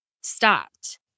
stopped